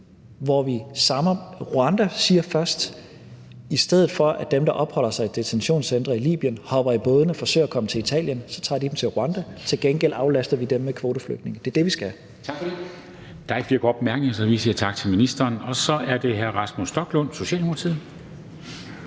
Rwanda siger først: I stedet for at de, der opholder sig i detentionscentre i Libyen, hopper i bådene og forsøger at komme til Italien, tager vi dem til Rwanda. Til gengæld aflaster vi Rwanda ved at tage kvoteflygtninge. Det er det, vi skal. Kl. 18:24 Formanden (Henrik Dam Kristensen): Tak for det. Der er ikke flere korte bemærkninger, så vi siger tak til ministeren. Og så er det hr. Rasmus Stoklund, Socialdemokratiet.